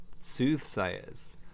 soothsayers